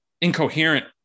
incoherent